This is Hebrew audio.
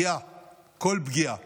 כל פגיעה